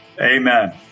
Amen